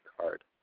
card